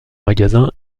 magasin